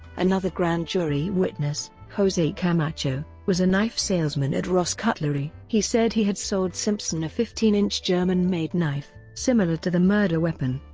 another grand jury witness, jose camacho, was a knife salesman at ross cutlery. he said he had sold simpson a fifteen inch german-made knife, similar to the murder weapon,